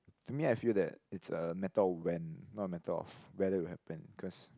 to me I feel that it's a matter of when not a matter of whether it will happen cause